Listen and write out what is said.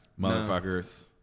motherfuckers